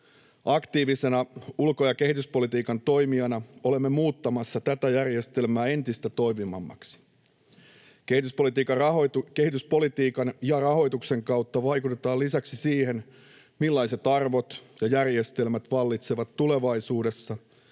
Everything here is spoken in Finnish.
Aktiivisena ulko- ja kehityspolitiikan toimijana olemme muuttamassa tätä järjestelmää entistä toimivammaksi. Kehityspolitiikan ja -rahoituksen kautta vaikutetaan lisäksi siihen, millaiset arvot ja järjestelmät vallitsevat tulevaisuudessa